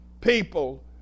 people